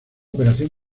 operación